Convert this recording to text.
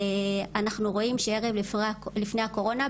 אנחנו רואים שערב לפני הקורונה,